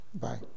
Bye